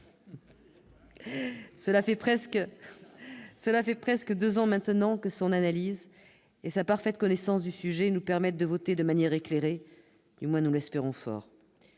Cela fait presque deux ans maintenant que son analyse et sa parfaite connaissance du sujet nous permettent de voter de manière éclairée- du moins nous l'espérons fort.